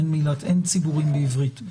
אין ציבורים בעברית,